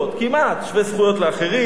כמעט שווה זכויות לאחרים.